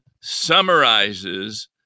summarizes